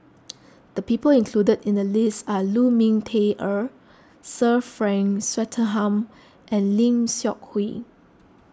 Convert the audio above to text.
the people include in the list are Lu Ming Teh Earl Sir Frank Swettenham and Lim Seok Hui